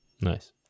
nice